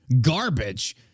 garbage